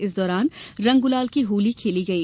इस दौरान रंग गुलाल की होली खेली गई